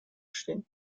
stehen